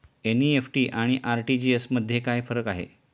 NEFT आणि RTGS मध्ये काय फरक आहे?